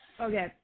okay